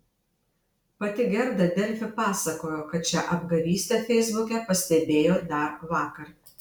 pati gerda delfi pasakojo kad šią apgavystę feisbuke pastebėjo dar vakar